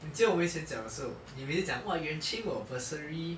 你记得我们以前讲的时候你每次讲 !wah! yuan ching got bursary